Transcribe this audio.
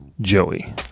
Joey